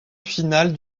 finale